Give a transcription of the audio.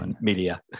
media